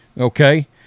Okay